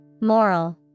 Moral